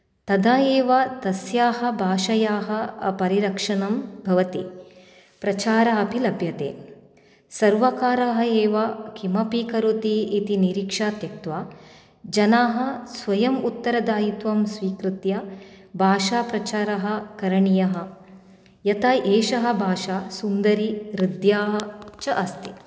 तदा एव तस्याः भाषायाः परिरक्षणं भवति प्रचारः अपि लभ्यते सर्वकारः एव किमपि करोति इति निरीक्षा त्यक्त्वा जनाः स्वयम् उत्तरदायित्त्वं स्वीकृत्य भाषा प्रचारः करणीयः यथा एषः भाषा सुन्दरी हृद्याः च अस्ति